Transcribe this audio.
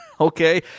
okay